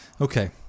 Okay